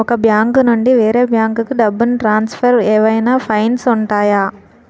ఒక బ్యాంకు నుండి వేరే బ్యాంకుకు డబ్బును ట్రాన్సఫర్ ఏవైనా ఫైన్స్ ఉంటాయా?